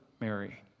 Mary